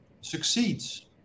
succeeds